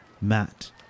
Matt